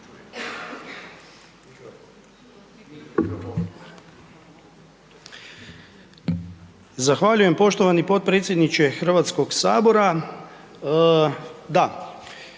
Zahvaljujem poštovani potpredsjedniče Hrvatskoga sabora.